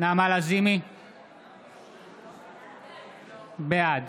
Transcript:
בעד